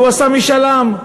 הוא עשה משאל עם.